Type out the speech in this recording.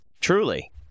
Truly